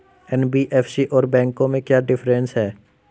NBFC और बैंकों में क्या डिफरेंस है?